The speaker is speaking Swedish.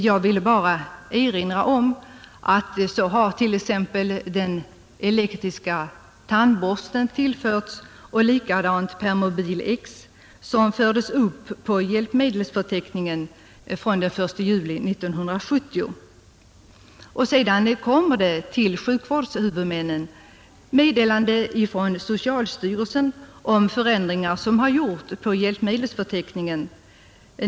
Jag vill erinra om att t.ex. den elektriska tandborsten har uppförts på den, likaså permobil X som fördes upp på hjälpmedelsförteckningen från den 1 juli 1970. Till sjukvårdshuvudmännen kommer meddelanden från socialstyrelsen om förändringar som har gjorts på hjälpmedelsförteckningen.